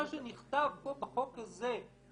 מה שנכתב פה בחוק הזה,